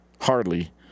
Hardly